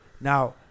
Now